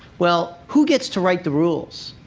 well, who gets to write the rules